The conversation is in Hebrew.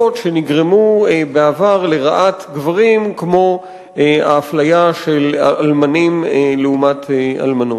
שנגרמו בעבר לרעת גברים כמו האפליה של האלמנים לעומת אלמנות.